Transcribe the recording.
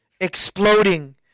exploding